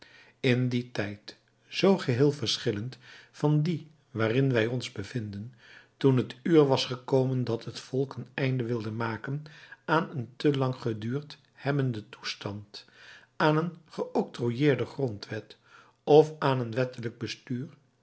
in dien tijd zoo geheel verschillend van dien waarin wij ons bevinden toen het uur was gekomen dat het volk een einde wilde maken aan een te lang geduurd hebbenden toestand aan een geoctrooieerde grondwet of aan een wettelijk bestuur